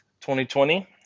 2020